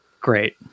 great